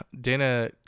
Dana